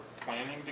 planning